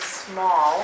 small